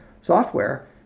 software